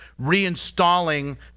reinstalling